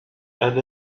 and